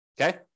Okay